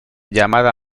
llamada